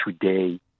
today